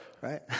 right